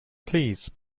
please